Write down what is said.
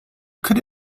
could